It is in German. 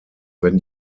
wenn